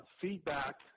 feedback